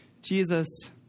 Jesus